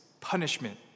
punishment